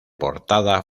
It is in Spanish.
portada